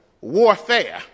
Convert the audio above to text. warfare